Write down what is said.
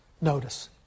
notice